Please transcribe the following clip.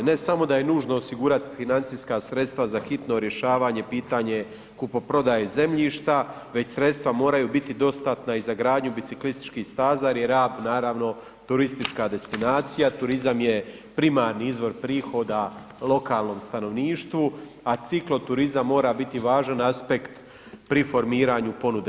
Ne samo da je nužno osigurati financijska sredstva za hitno rješavanje, pitanje kupoprodaje zemljišta već sredstva moraju biti dostatna i za gradnju biciklističkih staza jer je Rab naravno turistička destinacija, turizam je primarni izvor prihoda lokalnom stanovništvu a cikloturizam mora biti važan aspekt pri formiranju ponude.